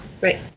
Right